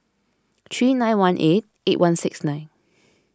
three nine one eight eight one six nine